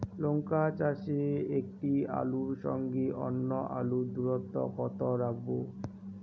লঙ্কা চাষে একটি আলুর সঙ্গে অন্য আলুর দূরত্ব কত রাখবো?